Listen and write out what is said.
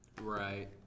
Right